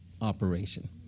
operation